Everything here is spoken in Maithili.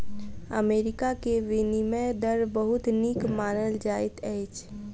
अमेरिका के विनिमय दर बहुत नीक मानल जाइत अछि